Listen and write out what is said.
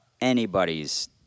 anybody's